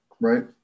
right